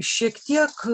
šiek tiek